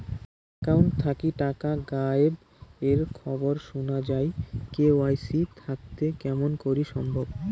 Account থাকি টাকা গায়েব এর খবর সুনা যায় কে.ওয়াই.সি থাকিতে কেমন করি সম্ভব?